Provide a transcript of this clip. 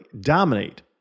dominate